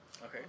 okay